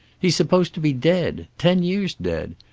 he's supposed to be dead. ten years dead.